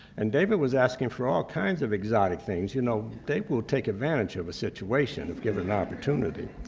and david was asking for all kinds of exotic things. you know david will take advantage of a situation if given an opportunity.